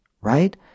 right